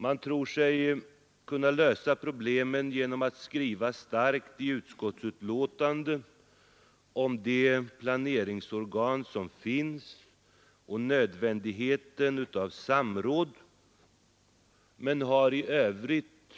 Man tror sig kunna lösa problemen genom att skriva starkt i utskottsbetänkandet om de planeringsorgan som finns och om nödvändigheten av samråd men har i övrigt